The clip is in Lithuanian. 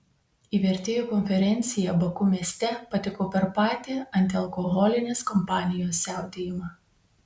į vertėjų konferenciją baku mieste patekau per patį antialkoholinės kampanijos siautėjimą